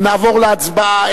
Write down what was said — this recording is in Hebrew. ונעבור להצבעה,